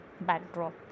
backdrop